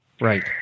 Right